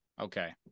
Okay